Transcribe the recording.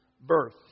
birth